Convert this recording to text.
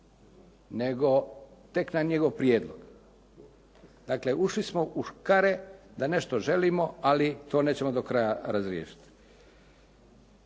nego tek na njegov prijedlog. Dakle, ušli smo u škare da nešto želimo, ali to nećemo do kraja razriješiti.